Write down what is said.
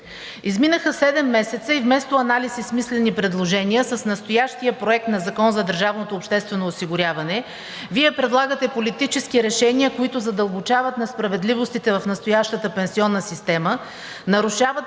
Изминаха седем месеца и вместо анализ и смислени предложения с настоящия проект на Закона за бюджета на държавното обществено осигуряване Вие предлагате политически решения, които задълбочават несправедливостите в настоящата пенсионна система, нарушават